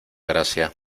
gracia